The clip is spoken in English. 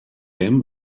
him